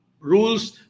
rules